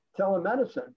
telemedicine